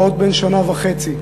פעוט בין שנה וחצי,